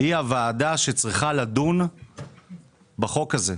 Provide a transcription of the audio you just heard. היא הוועדה שצריכה לדון בחוק הזה.